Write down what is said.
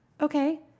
okay